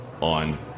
on